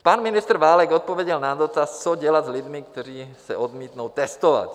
Pan ministr Válek odpověděl na dotaz, co dělat s lidmi, kteří se odmítnou testovat.